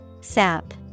Sap